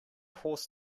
horse